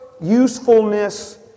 usefulness